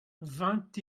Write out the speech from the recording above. vingt